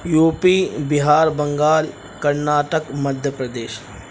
you P Bihar Bengal Karnataka Madhya Pradesh